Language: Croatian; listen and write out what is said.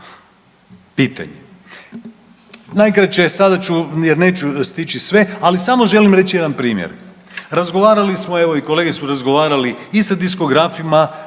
Pitanje. Najkraće sada ću jer neću stići sve ali samo želim reći jedan primjer, razgovarali smo evo i kolege su razgovarali i sa diskografima